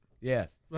Yes